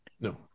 No